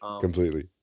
completely